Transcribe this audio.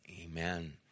amen